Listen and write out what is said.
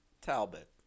talbot